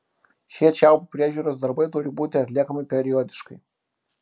šie čiaupų priežiūros darbai turi būti atliekami periodiškai